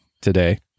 today